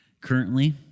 currently